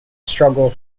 struggle